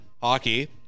hockey